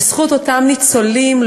בזכות אותם ניצולים,